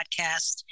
podcast